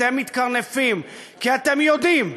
אתם מתקרנפים, כי אתם יודעים,